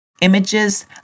images